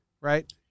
Right